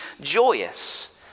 joyous